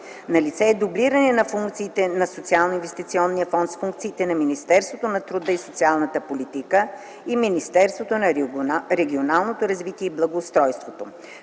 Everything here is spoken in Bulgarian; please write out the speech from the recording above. Налице е дублиране на функции на Социалноинвестиционния фонд с функции на Министерството на труда и социалната политика и Министерството на регионалното развитие и благоустройството.